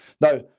Now